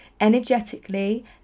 Energetically